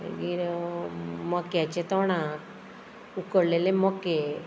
मागीर मक्याचे तोणाक उकळलेले मके